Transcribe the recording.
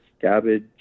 cabbage